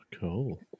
Cool